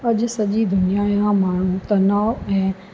अॼ सॼी दुनिया जा माण्हू तनाव ऐं